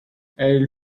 elle